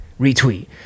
retweet